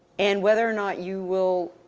and whether or not you will,